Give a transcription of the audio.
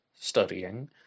studying